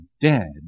dead